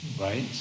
right